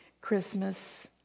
Christmas